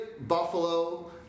Buffalo